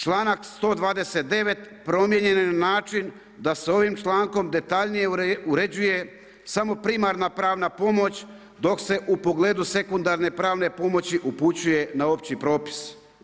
Članak 129. promijenjen je na način da se ovim člankom detaljnije uređuje primarna pravna pomoć dok se u pogledu sekundarne pravne pomoći upućuje na opći propis.